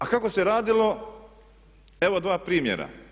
A kako se radilo evo dva primjera.